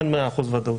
אין מאה אחוז ודאות.